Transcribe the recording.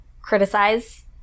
criticize